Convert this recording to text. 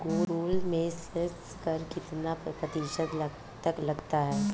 Angola में sales कर कितना प्रतिशत तक लगता है?